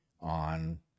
on